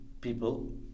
people